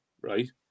right